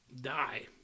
die